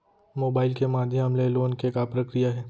Mobile के माधयम ले लोन के का प्रक्रिया हे?